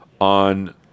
on